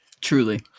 Truly